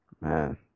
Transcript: Man